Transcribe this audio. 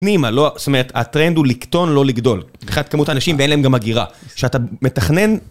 פנימה, זאת אומרת הטרנד הוא לקטון, לא לגדול. מבחינת כמות האנשים וגם אין להם גם הגירה. שאתה מתכנן...